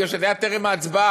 כי זה היה טרם ההצבעה,